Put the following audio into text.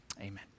Amen